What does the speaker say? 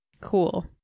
Cool